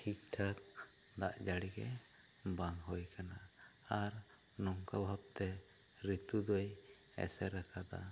ᱴᱷᱤᱠ ᱴᱷᱟᱠ ᱫᱟᱜ ᱡᱟᱹᱲᱤ ᱜᱤ ᱵᱟᱝ ᱦᱩᱭ ᱟᱠᱟᱱᱟ ᱟᱨ ᱱᱚᱝᱠᱟ ᱵᱷᱟᱵ ᱛᱮ ᱨᱤᱛᱩ ᱫᱚᱭ ᱟᱥᱟᱨ ᱟᱠᱟᱫᱟ